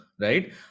Right